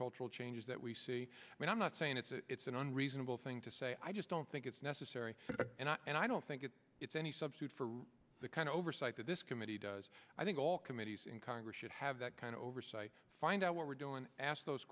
cultural changes that we see and i'm not saying it's an unreasonable thing to say i just don't think it's necessary and i don't think that it's any substitute for the kind of oversight that this committee does i think all committees in congress should have that kind of oversight find out what we're doing ask those